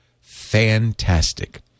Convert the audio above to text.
fantastic